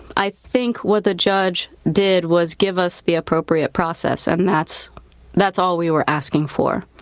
i think what the judge did was give us the appropriate process and that's that's all we were asking for.